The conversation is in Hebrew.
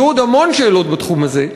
יהיו עוד המון שאלות בתחום הזה.